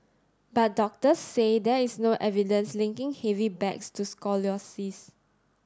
but doctors say there is no evidence linking heavy bags to scoliosis